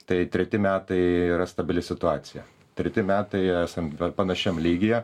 tai treti metai yra stabili situacija treti metai esam panašiam lygyje